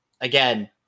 again